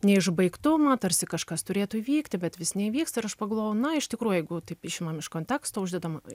neišbaigtumą tarsi kažkas turėtų įvykti bet vis neįvyksta ir aš pagalvoju na iš tikrųjų jeigu taip išimam iš konteksto uždedam